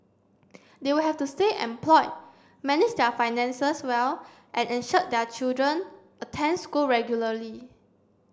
they will have to stay employed manage their finances well and ensure their children attend school regularly